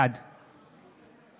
בעד